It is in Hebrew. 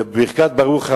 בברכת ברוך הבא.